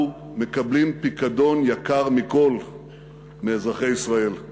אנחנו מקבלים פיקדון יקר מכול מאזרחי ישראל,